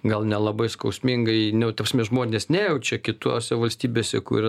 gal nelabai skausmingai ta prasme žmonės nejaučia kitose valstybėse kur